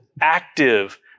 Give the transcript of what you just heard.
active